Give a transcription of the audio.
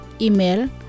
Email